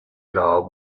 log